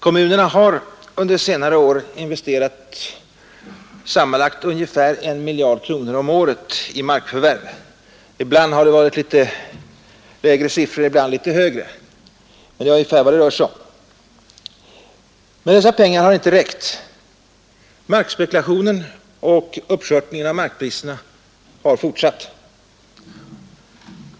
Kommunerna har under senare år investerat sammanlagt ungefär 1 miljard kronor om året i markförvärv — ibland har det varit litet lägre siffror, ibland litet högre. Men dessa pengar har inte räckt. Markspekulationen och uppskörtningen av markpriserna har fortsatt.